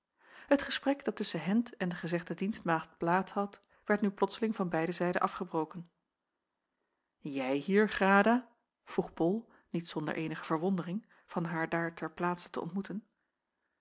het gesprek dat tusschen hendt en de gezegde dienstmaagd plaats had werd nu plotslings van beide zijden afgebroken jij hier grada vroeg bol niet zonder eenige verwondering van haar daar ter plaatse te ontmoeten